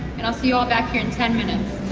and i'll see y'all back here in ten minutes.